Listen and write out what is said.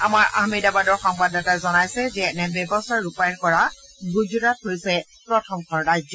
আমাৰ আহমেদাবাদৰ সংবাদদাতাই জনাইছে যে এনে ব্যৱস্থা ৰূপায়ন কৰা গুজৰাট হৈছে প্ৰথমখন ৰাজ্য